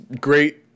great